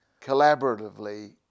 collaboratively